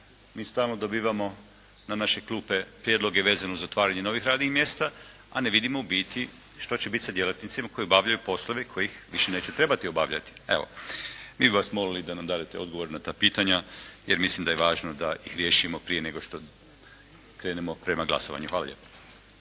Mi stalno dobivamo na naše klupe prijedloge vezane uz otvaranje novih radnih mjesta, a ne vidimo u biti što će biti sa djelatnicima koji obavljaju poslove koji ih više neće trebati obavljati. Evo, mi bih vas molili da nam dadete odgovor na ta pitanja, jer mislim da je važno da ih riješimo prije nego što krenemo prema glasovanju. Hvala lijepo.